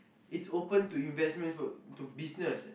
it's open to investments for to business